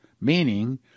meaning